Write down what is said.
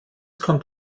kommt